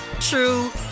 true